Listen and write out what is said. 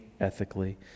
ethically